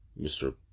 Mr